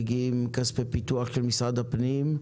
מגיעים כספי פיתוח של משרד הפנים,